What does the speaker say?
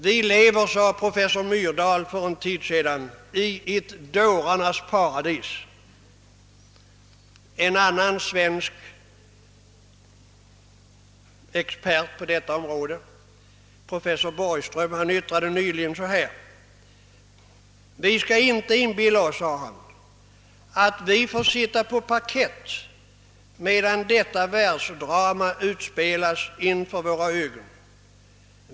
» Vi lever», sade professor Myrdal för en tid sedan, »i ett dårarnas paradis.» En annan svensk expert på detta område, professor Borgström, yttrade nyligen: »Vi skall inte inbilla oss att vi får sitta på parkett medan detta världsdrama utspelas inför våra ögon.